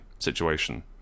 Situation